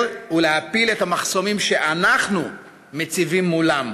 ולהפיל את המחסומים שאנחנו מציבים מולם.